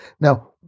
Now